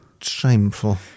shameful